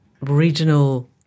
regional